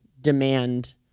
demand